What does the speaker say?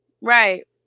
Right